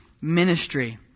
ministry